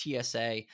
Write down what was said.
TSA